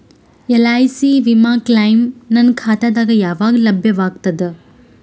LIC ವಿಮಾ claim ನನ್ನ ಖಾತಾಗ ಯಾವಾಗ ಲಭ್ಯವಾಗತದ?